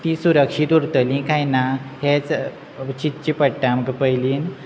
ती सुरक्षीत उरतली कांय ना हेंच चिंतची पडटा आमकां पयलीं